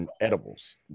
edibles